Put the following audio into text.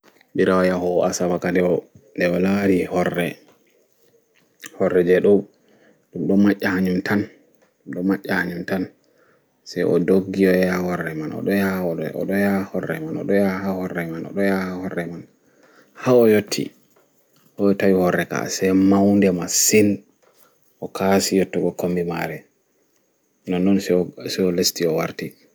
Birawa yahowo asama kam nɗe o laari horre horre jei ɗo ɗum ɗo mayya hanyum tan ɗum ɗo mayya hanyum tan se o ɗiggi oɗo yaha ha horre man, oɗo yaha ha horre man, oɗo yaha ha horre man, oɗo yaha ha horre man, haa o yotti o yehi o tawo horre kam ase maunɗe masin o kaasi yottugo komɓi maare nonnon se o lesti owarti.